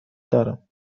دارم